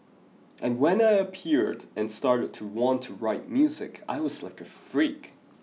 and when I appeared and started to want to write music I was like a freak